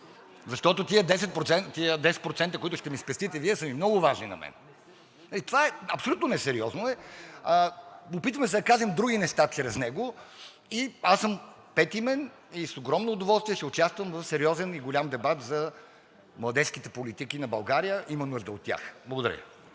защото тези 10%, които ще ми спестите Вие, са ми много важни на мен.“ Абсолютно несериозно е. Опитваме се да кажем други неща чрез него и аз съм петимен и с огромно удоволствие ще участвам в сериозен и голям дебат за младежките политики на България – има нужда от тях. Благодаря